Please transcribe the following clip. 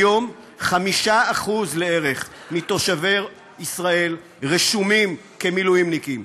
היום בערך 5% מתושבי ישראל רשומים כמילואימניקים,